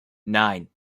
nine